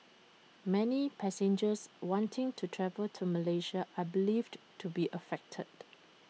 many passengers wanting to travel to Malaysia are believed to be affected